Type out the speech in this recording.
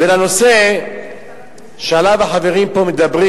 ולנושא שעליו החברים פה מדברים.